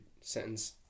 sentence